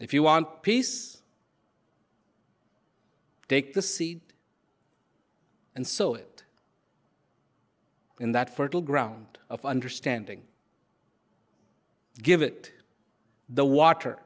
if you want peace take the seed and so it in that fertile ground of understanding give it the wat